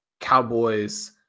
Cowboys